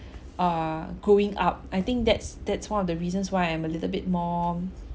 err growing up I think that's that's one of the reasons why I'm a little bit more